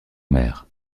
maire